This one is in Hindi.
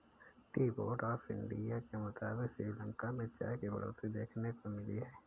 टी बोर्ड ऑफ़ इंडिया के मुताबिक़ श्रीलंका में चाय की बढ़ोतरी देखने को मिली है